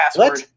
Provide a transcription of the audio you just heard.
password